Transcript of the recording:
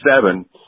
seven